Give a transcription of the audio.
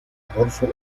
adolfo